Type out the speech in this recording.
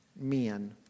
men